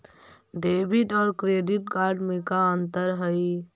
Debit और credit card में का अंतर हइ?